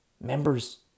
members